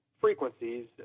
frequencies